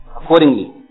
accordingly